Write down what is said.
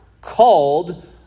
called